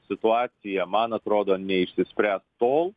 situacija man atrodo neišspręs tol